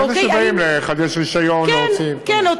אלה שבאים לחדש רישיון או רוצים, כן.